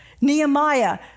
Nehemiah